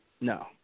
No